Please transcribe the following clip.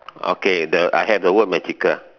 okay the I have the word magical